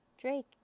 Drake